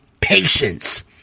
patience